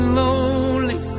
lonely